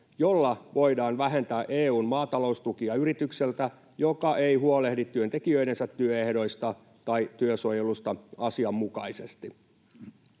jolla voidaan vähentää EU:n maataloustukia yritykseltä, joka ei huolehdi työntekijöidensä työehdoista tai työsuojelusta asianmukaisesti.